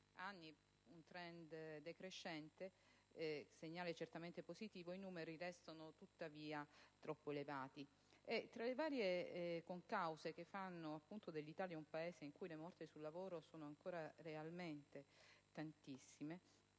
anni un *trend* decrescente, segnale certamente positivo, i numeri restano tuttavia troppo elevati. Tra le varie concause che fanno dell'Italia un Paese in cui le morti sul lavoro sono ancora molte,